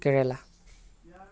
Kerala